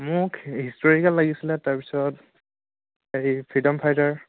মোক হিষ্টৰিকেল লাগিছিলে তাৰপিছত হেৰি ফ্ৰীডম ফাইটাৰ